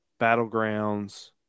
battlegrounds